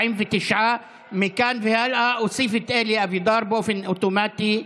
49. מכאן והלאה אוסיף את אלי אבידר באופן אוטומטי.